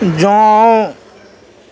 جاؤ